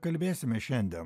kalbėsime šiandien